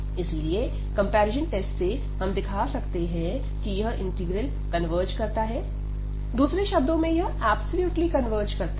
इसीलिए comparison test से हम दिखा सकते हैं कि यह इंटीग्रल कन्वर्ज करता है दूसरे शब्दों में यह ऐब्सोल्युटली कन्वर्ज करता है